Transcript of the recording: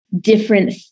different